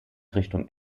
richtung